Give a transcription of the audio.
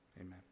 Amen